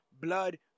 blood